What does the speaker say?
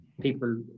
people